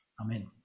Amen